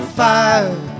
fire